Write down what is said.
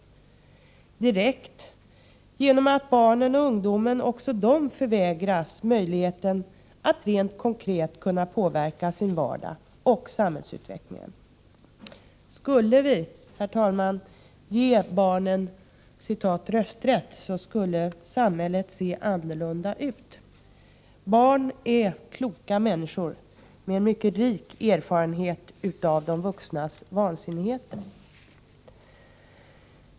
Det sker en direkt påverkan genom att också barnen och ungdomen förvägras möjligheten att rent konkret kunna påverka sin vardag och samhällsutvecklingen. Skulle vi, herr talman, ge barnen ”rösträtt” skulle samhället se annorlunda ut. Barn är kloka människor, med en mycket rik erfarenhet av de vuxnas vansinnigheter.